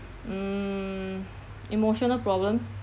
mm emotional problem